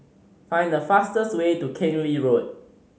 find the fastest way to Keng Lee Road